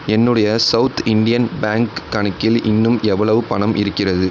என்னுடைய South Indian Bank கணக்கில் இன்னும் எவ்வளவு பணம் இருக்கிறது